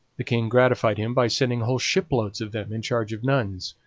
the king gratified him by sending whole shiploads of them in charge of nuns.